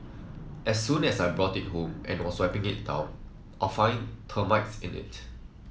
as soon as I brought it home and also I wipe it down I found termites in it